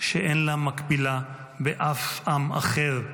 שאין לה מקבילה באף עם אחר.